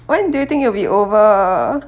when do you think it will be over